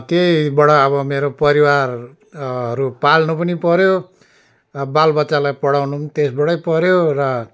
त्यहीबाट अब मेरो परिवारहरू पाल्नु पनि पर्यो अब बाल बच्चालाई पढाउनु पनि त्यसबाटै पर्यो र